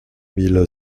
mille